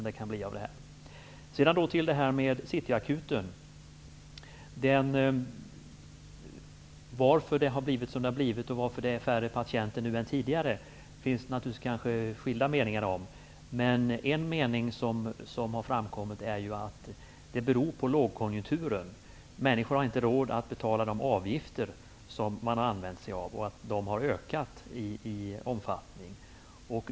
Det finns naturligtvis skilda meningar om varför det har blivit som det har blivit med City Akuten och om varför man har färre patienter nu än tidigare. En mening som har framkommit är att det beror på lågkonjunkturen. Människor har inte råd att betala de ökade avgifterna.